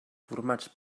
formats